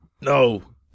No